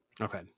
Okay